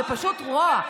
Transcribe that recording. זה פשוט רוע.